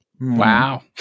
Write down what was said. Wow